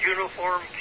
Uniform